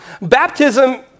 Baptism